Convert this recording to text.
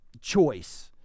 choice